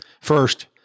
First